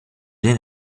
den